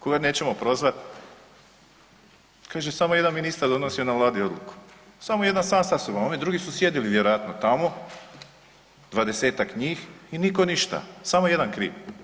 Koga nećemo prozvati, kaže samo jedan ministar donosio na vladi odluku, samo jedan sam sa sobom, a oni drugi su sjedili vjerojatno tamo, 20-tak njih i nitko ništa samo jedan kriv.